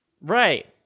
Right